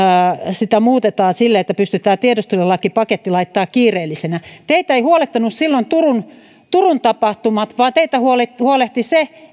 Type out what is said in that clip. sitä muutetaan silleen että pystytään tiedustelulakipaketti laittamaan kiireellisenä teitä eivät huolettaneet silloin turun turun tapahtumat vaan teitä huoletti huoletti se